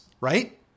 right